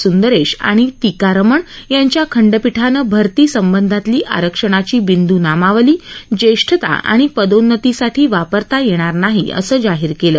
सुंदरेश आणि टीकारमण यांच्या खंडपीठान भरती संबधातली आरक्षणाची बिंदू नामावली ज्येष्ठता आणि पदोन्नतीसाठी वापरता येणार नाही असं जाहीर केलं